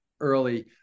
early